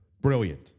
Brilliant